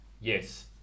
yes